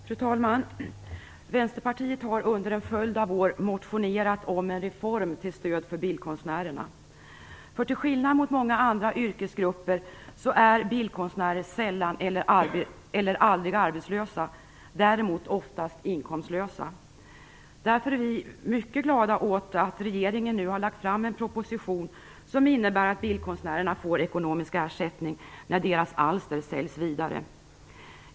Fru talman! Vänsterpartiet har under en följd av år motionerat om en reform till stöd för bildkonstnärerna. Till skillnad från många andra yrkesgrupper är bildkonstnärer sällan eller aldrig arbetslösa, däremot ofta inkomstlösa. Därför är vi mycket glada åt att regeringen nu har lagt fram en proposition som innebär att bildkonstnärerna får ekonomisk ersättning när deras alster säljs vidare.